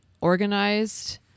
organized